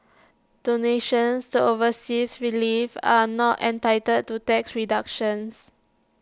donations to overseas relief are not entitled to tax deductions